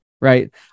right